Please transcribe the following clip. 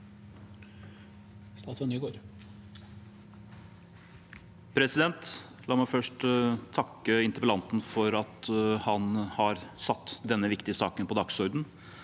La meg først takke interpellanten for at han har satt denne viktige saken på dagsordenen.